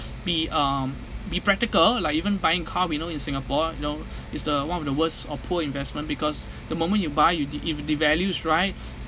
be um be practical like even buying car we know in singapore know is the one of the worst or poor investment because the moment you buy you d~ it devalues right